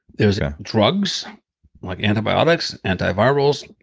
there's drugs like antibiotics, antivirals.